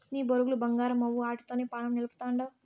నీ బొరుగులు బంగారమవ్వు, ఆటితోనే పానం నిలపతండావ్